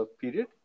period